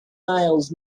miles